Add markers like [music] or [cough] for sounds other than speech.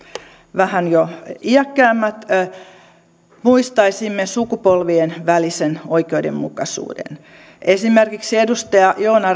vähän jo iäkkäämmät muistaisimme sukupolvien välisen oikeudenmukaisuuden esimerkiksi edustaja joona [unintelligible]